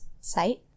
site